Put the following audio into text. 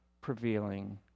prevailing